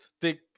thick